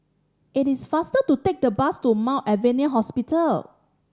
it is faster to take the bus to Mount Alvernia Hospital